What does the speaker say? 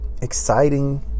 exciting